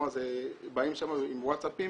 באים לשם עם וואטסאפים